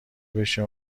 بشه